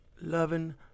loving